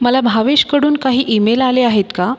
मला भावेश कडून काही इमेल आले आहेत का